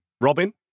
Robin